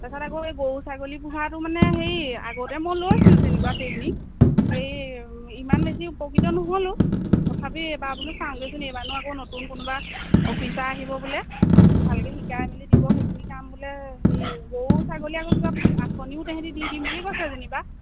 তাৰপিছত আকৌ এই গৰু ছাগলী পোহাটো মানে সেই আগতে মই লৈছিলোঁ তেনেকুৱা ট্ৰেইনিঙ সেই ইমান বেছি উপকৃত নহ'লোঁ তথাপি এইবাৰ বোলো চাওঁগেচোন এইবাৰো আকৌ নতুন কোনোবা অফিচাৰ আহিব বোলে ভালকে শিকাই মেলি দিব সেইখিনি কাম বোলে হেই গৰু ছাগলী আকৌ কিবা আঁচনিও তেহেঁতি দি দিম বুলি কৈছে যেনিবা